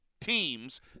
teams